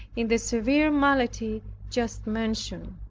in the severe malady just mentioned.